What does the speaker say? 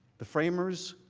the framers,